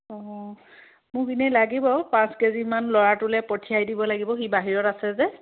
অঁ মোক এনেই লাগিব পাঁচ কেজিমান ল'ৰাটোলে পঠিয়াই দিব লাগিব সি বাহিৰত আছে যে